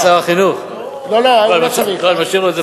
אדוני שר החינוך, אני משאיר לו את זה פה.